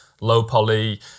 low-poly